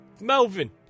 Melvin